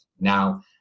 Now